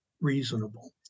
reasonable